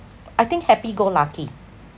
I think happy go lucky